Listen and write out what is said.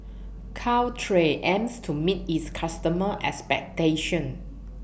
Caltrate aims to meet its customers' expectations